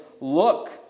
look